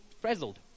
frazzled